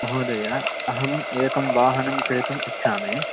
महोदय अहम् एकं वाहनं क्रेतुम् इच्छामि